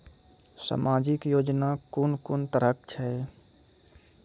समाजिक योजना कून कून तरहक छै?